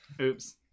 Oops